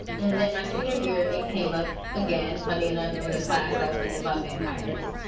and then my senior year, it came up again, funny enough, in the class i was taking about vampires.